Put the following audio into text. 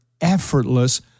effortless